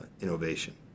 innovation